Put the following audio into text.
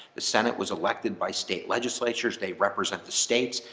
the senate was elected by state legislatures. they represent the states.